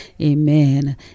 Amen